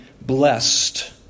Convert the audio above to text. blessed